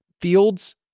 Fields